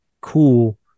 cool